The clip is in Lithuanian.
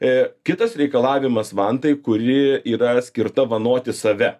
e kitas reikalavimas vantai kuri yra skirta vanoti save